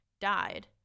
died